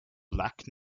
black